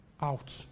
Out